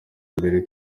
imbere